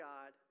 God